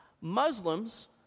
Muslims